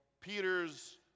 Peters